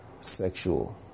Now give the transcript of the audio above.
sexual